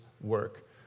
work